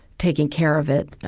taking care of it,